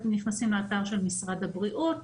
נכנסים לאתר של משרד הבריאות,